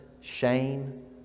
Shame